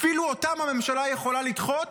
אפילו אותם הממשלה יכולה לדחות